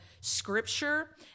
scripture